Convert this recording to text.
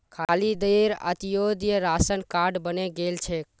खालिदेर अंत्योदय ration card बने गेल छेक